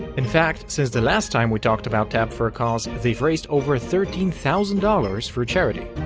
in fact, since the last time we talked about tab for a cause, they've raised over thirteen thousand dollars for charity.